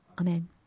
Amen